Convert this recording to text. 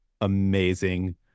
amazing